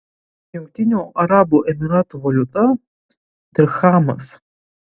jungtinių arabų emyratų valiuta dirchamas